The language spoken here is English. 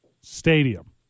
Stadium